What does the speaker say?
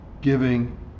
giving